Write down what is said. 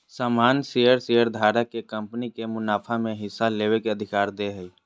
सामान्य शेयर शेयरधारक के कंपनी के मुनाफा में हिस्सा लेबे के अधिकार दे हय